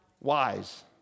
wise